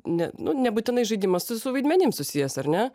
ne nu nebūtinai žaidimas su vaidmenim susijęs ar ne